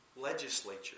Legislature